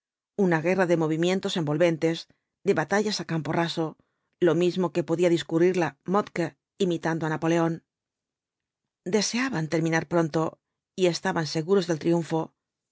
una guerra de movimientos envolventes de batallas á campo raso lo mismo que podía discurrirla moltke imitando á napoleón deseaban terminar pronto y estaban seguros del triun